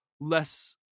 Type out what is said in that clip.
Less